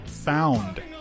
Found